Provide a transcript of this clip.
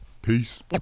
peace